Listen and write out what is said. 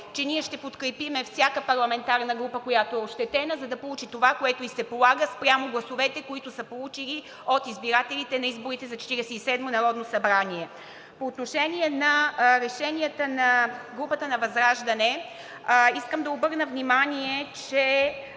че ние ще подкрепим всяка парламентарна група, която е ощетена, за да получи това, което ѝ се полага спрямо гласовете, които са получили от избирателите на изборите за Четиридесет и седмото народно събрание. По отношение на решенията на групата на ВЪЗРАЖДАНЕ. Искам да обърна внимание, че